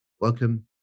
Welcome